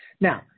Now